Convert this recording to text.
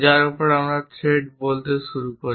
যার উপর আমরা থ্রেড বলতে শুরু করি